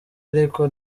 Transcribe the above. ariko